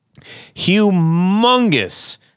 humongous